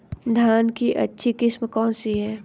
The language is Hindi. धान की अच्छी किस्म कौन सी है?